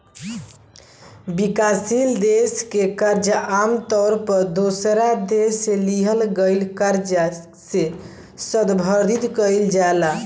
विकासशील देश के कर्जा आमतौर पर दोसरा देश से लिहल गईल कर्जा से संदर्भित कईल जाला